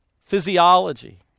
physiology